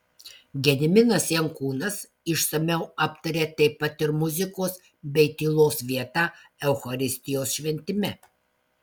gediminas jankūnas išsamiau aptaria taip pat ir muzikos bei tylos vietą eucharistijos šventime